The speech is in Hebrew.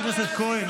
חבר הכנסת כהן,